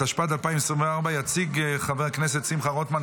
התשפ"ד 2024. יציג חבר הכנסת שמחה רוטמן,